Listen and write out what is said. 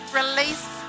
release